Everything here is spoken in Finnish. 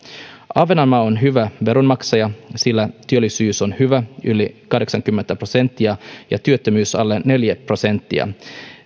ahvenanmaa on hyvä veronmaksaja sillä työllisyys on hyvä yli kahdeksankymmentä prosenttia ja työttömyys alle neljä prosenttia